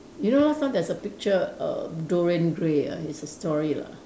you know last time there's a picture of Dorian Gray ah it's a story lah